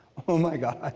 oh, my god. ah